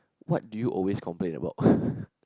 what do you always complain about